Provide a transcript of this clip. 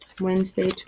Wednesday